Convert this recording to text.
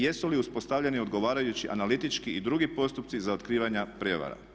Jesu li uspostavljeni odgovarajući analitički i drugi postupci za otkrivanja prijevara?